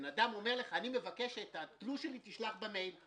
אז אותו אדם מבקש שאת התשלומים תשלח במייל.